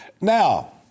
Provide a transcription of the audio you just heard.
Now